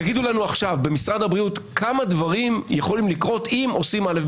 תגידו לנו עכשיו במשרד הבריאות כמה דברים יכולים לקרות אם עושים א',